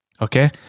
Okay